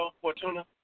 Fortuna